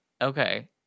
Okay